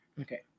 okay